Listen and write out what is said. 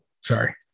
Sorry